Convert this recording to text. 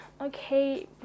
okay